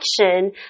action